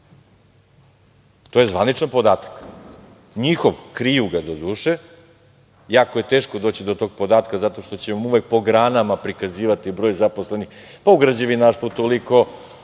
To je zvaničan podatak, njihov, kriju ga do duše, jako je teško doći do tog podatka, zato što će vam uvek po granama prikazivati broj zaposlenih, u građevinarstvu toliko,